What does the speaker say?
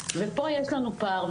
ופה יש לנו פער,